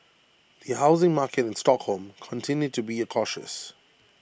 the housing market in Stockholm continued to be cautious